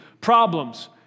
Problems